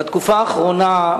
בתקופה האחרונה,